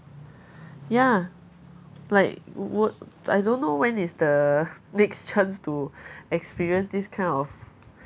ya like would I don't know when is the next chance to experience this kind of